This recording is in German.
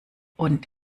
und